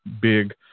big